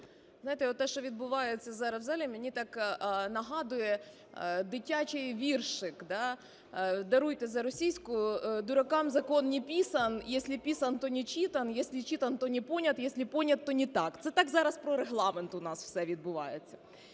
Знаєте, оте, що відбувається зараз в залі, мені так нагадує дитячий віршик, да, даруйте за російську: дуракам закон не писан, если писан – то не читан, если читан – то не понят, если понят – то не так. Це так зараз про Регламент у нас все відбувається.